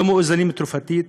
לא מאוזנים תרופתית,